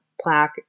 plaque